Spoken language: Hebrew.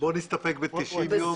בוא נסתפק ב-90 יום.